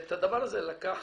את הדבר הזה לקחת,